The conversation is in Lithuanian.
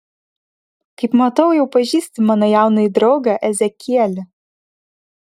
kaip matau jau pažįsti mano jaunąjį draugą ezekielį